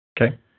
Okay